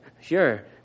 Sure